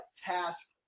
task